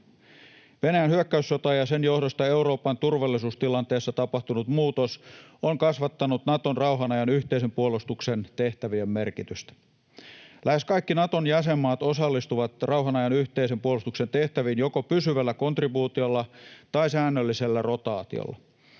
Venäjän hyökkäyssota ja sen johdosta Euroopan turvallisuustilanteessa tapahtunut muutos on kasvattanut Naton rauhan ajan yhteisen puolustuksen tehtävien merkitystä. Lähes kaikki Naton jäsenmaat osallistuvat rauhan ajan yhteisen puolustuksen tehtäviin joko pysyvällä kontribuutiolla tai säännöllisellä rotaatiolla.